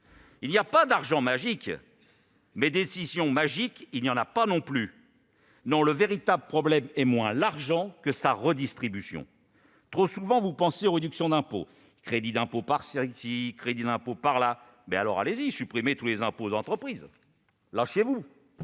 Il n'y a pas d'argent magique, mais, des décisions magiques, il n'y en a pas non plus ! Non, le véritable problème est moins l'argent que sa redistribution ! Trop souvent, vous pensez aux réductions d'impôts. Crédits d'impôt par-ci, crédits d'impôt par-là ! Mais, alors, allez-y, supprimez tous les impôts sur les entreprises, lâchez-vous !